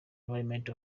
elements